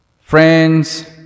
friends